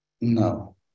No